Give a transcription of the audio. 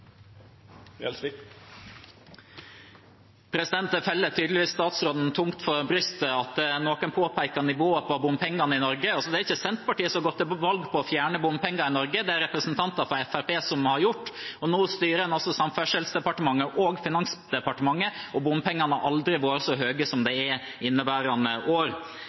Gjelsvik har hatt ordet to gonger tidlegare og får ordet til ein kort merknad, avgrensa til 1 minutt. Det faller statsråden tydeligvis tungt for brystet at noen påpeker nivået på bompengene i Norge. Det er ikke Senterpartiet som har gått til valg på å fjerne bompenger i Norge, det er det representanter fra Fremskrittspartiet som har gjort. Nå styrer de Samferdselsdepartementet og Finansdepartementet, og bompengenivået har aldri vært så høyt som